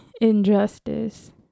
injustice